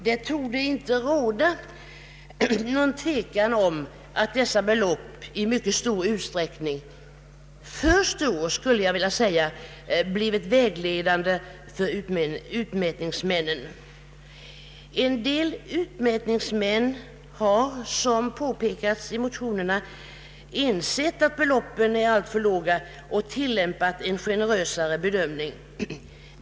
Det torde dock inte råda någon tvekan om att dessa belopp i mycket stor utsträckning blir vägledande för utmätningsmännen. En del utmätningsmän har, som påpekats i motionerna, insett att beloppen är alltför låga och tillämpar en generösare bedömning.